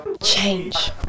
change